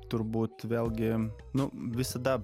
turbūt vėlgi nu visada